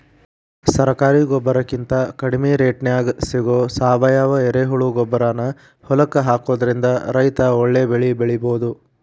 ಸರಕಾರಿ ಗೊಬ್ಬರಕಿಂತ ಕಡಿಮಿ ರೇಟ್ನ್ಯಾಗ್ ಸಿಗೋ ಸಾವಯುವ ಎರೆಹುಳಗೊಬ್ಬರಾನ ಹೊಲಕ್ಕ ಹಾಕೋದ್ರಿಂದ ರೈತ ಒಳ್ಳೆ ಬೆಳಿ ಬೆಳಿಬೊದು